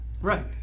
Right